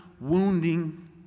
wounding